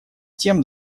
тем